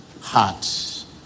Hearts